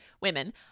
Women